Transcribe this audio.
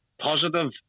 positive